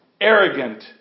arrogant